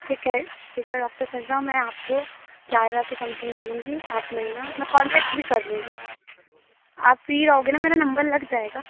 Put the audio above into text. ठीक है ठीक है आप तो सर ना मैं आपको ग्यारह के समथिंग मिलूँगी आप मिलना मैं कांटेक्ट भी कर लूँगी आप फ्री रहोगे ना मेरा नम्बर लग जाएगा